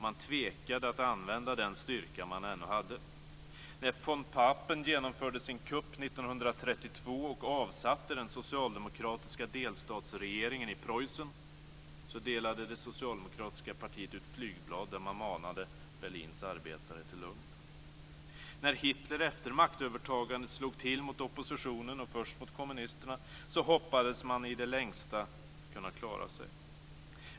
Man tvekade att använda den styrka man ännu hade. När von Papen genomförde sin kupp 1932 och avsatte den socialdemokratiska delstatsregeringen i Preussen delade det socialdemokratiska partiet ut flygblad där man manade Berlins arbetare till lugn. När Hitler efter maktövertagandet slog till mot oppositionen och först mot kommunisterna hoppades man i det längsta kunna klara sig.